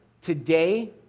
today